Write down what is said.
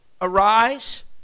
Arise